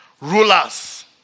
Rulers